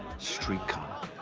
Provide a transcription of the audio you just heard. streetcar,